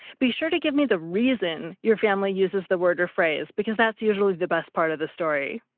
be sure to give me the reason your family uses the word or phrase because that's usually the best part of the story.